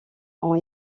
ont